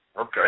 Okay